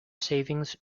savings